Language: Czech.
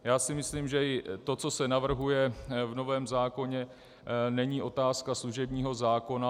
Já si myslím, že i to, co se navrhuje v novém zákoně, není otázka služebního zákona.